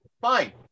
Fine